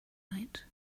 night